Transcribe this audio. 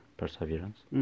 perseverance